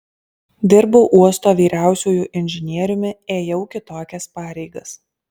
dirbau uosto vyriausiuoju inžinieriumi ėjau kitokias pareigas